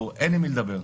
אין עם מי לדבר.